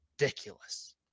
ridiculous